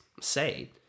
say